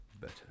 Better